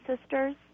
Sisters